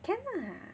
can lah